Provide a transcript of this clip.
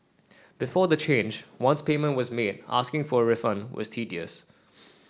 before the change once payment was made asking for a refund was tedious